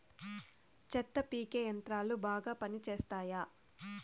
చెత్త పీకే యంత్రాలు బాగా పనిచేస్తాయా?